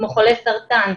כמו חולי סרטן,